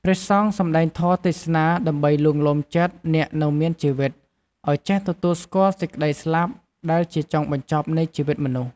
ព្រះសង្ឃសម្តែងធម៌ទេសនាដើម្បីលួងលោមចិត្តអ្នកនៅមានជីវិតឲ្យចេះទទួលស្គាល់សេចក្ដីស្លាប់ដែលជាចុងបញ្ចប់នៃជីវិតមនុស្ស។